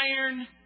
iron